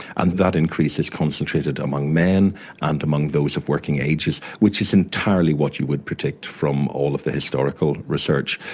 and that increase is concentrated among men and among those of working ages, which is entirely what you would predict from all of the historical research.